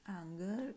anger